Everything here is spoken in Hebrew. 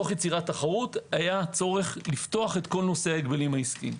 תוך יצירת תחרות היה צורך לפתוח את כל נושא ההגבלים העסקיים.